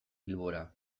bilbora